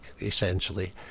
essentially